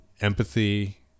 empathy